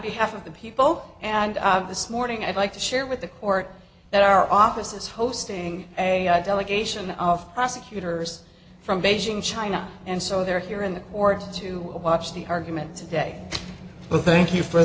behalf of the people and this morning i'd like to share with the court that our office is hosting a delegation of prosecutors from beijing china and so they're here in the court to watch the arguments today but thank you for